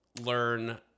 learn